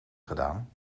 gedaan